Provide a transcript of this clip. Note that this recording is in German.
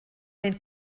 den